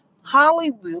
Hollywood